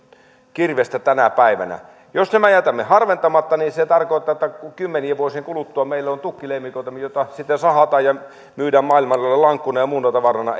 kirvestä tänä päivänä jos nämä jätämme harventamatta niin se tarkoittaa että kymmenien vuosien kuluttua meillä on tukkileimikoita joita sitten sahataan ja myydään maailmalle lankkuna ja muuna tavarana